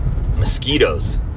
mosquitoes